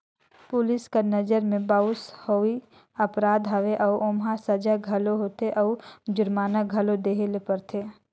police कर नंजर में बाउंस होवई अपराध हवे अउ ओम्हां सजा घलो होथे अउ जुरमाना घलो देहे ले परथे